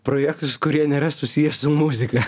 projektus kurie nėra susiję su muzika